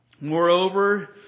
Moreover